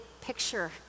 picture